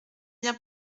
bien